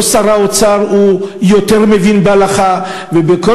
לא שר האוצר מבין יותר בהלכה.